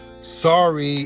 Sorry